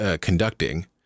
Conducting